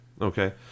Okay